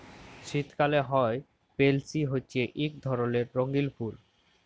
শীতকালে হ্যয় পেলসি হছে ইক ধরলের রঙ্গিল ফুল